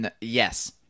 Yes